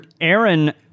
aaron